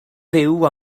fyw